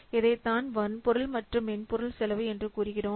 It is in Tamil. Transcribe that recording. இதைத்தான் வன்பொருள் மற்றும் மென்பொருள் செலவு என்று கூறுகிறோம்